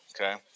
okay